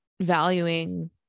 valuing